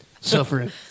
suffering